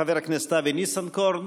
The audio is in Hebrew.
חבר הכנסת ניסנקורן,